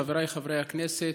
חבריי חברי הכנסת,